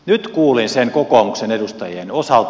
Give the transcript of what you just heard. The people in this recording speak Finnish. nyt kuulin sen kokoomuksen edustajien osalta